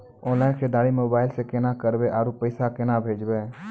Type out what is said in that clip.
Online खरीददारी mobile से केना करबै, आरु पैसा केना भेजबै?